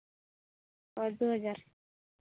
ᱳ ᱫᱩ ᱦᱟᱡᱟᱨ